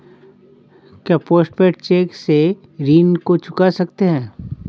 क्या post paid cheque से ऋण को चुका सकते हैं?